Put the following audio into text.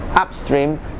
Upstream